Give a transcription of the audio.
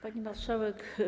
Pani Marszałek!